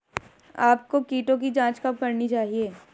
आपको कीटों की जांच कब करनी चाहिए?